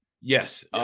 Yes